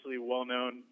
well-known